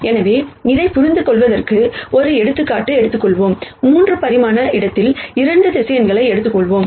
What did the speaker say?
எனவே இதைப் புரிந்துகொள்வதற்கு ஒரு எடுத்துக்காட்டு எடுத்துக்கொள்வோம் 3 பரிமாண இடத்தில் 2 வெக்டர்ஸ் எடுத்துக்கொள்வோம்